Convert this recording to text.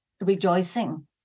rejoicing